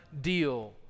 deal